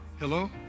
hello